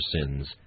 sins